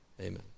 amen